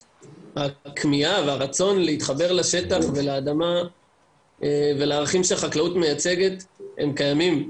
הכמיהה והרצון להתחבר לשטח ולאדמה ולערכים של חקלאות מייצגת הם קיימים.